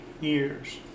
years